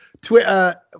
Twitter